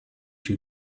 two